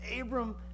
Abram